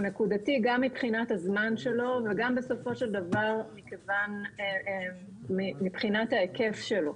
הוא נקודתי גם מבחינת הזמן שלו וגם בסופו של דבר מבחינת ההיקף שלו.